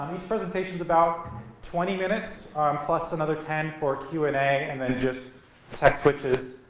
um each presentation is about twenty minutes plus another ten for q and a and then just tech switches.